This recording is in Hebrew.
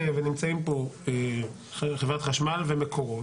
ונמצאים פה חברת חשמל ומקורות,